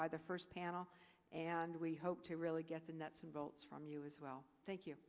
by the first panel and we hope to really get the nuts and bolts from you as well thank you